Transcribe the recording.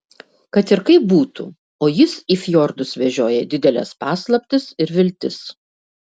kad ir kaip būtų o jis į fjordus vežioja dideles paslaptis ir viltis